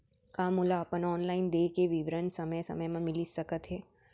का मोला अपन ऑनलाइन देय के विवरण समय समय म मिलिस सकत हे?